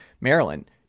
maryland